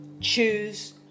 choose